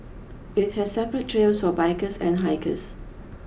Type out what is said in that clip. it has separate trails for bikers and hikers